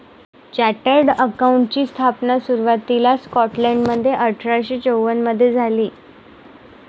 chartered अकाउंटंटची स्थापना सुरुवातीला स्कॉटलंडमध्ये अठरा शे चौवन मधे झाली